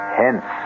hence